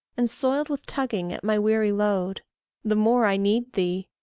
and soiled with tugging at my weary load the more i need thee!